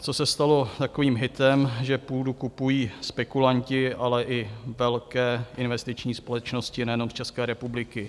Co se stalo takovým hitem, že půdu kupují spekulanti, ale i velké investiční společnosti nejenom z České republiky.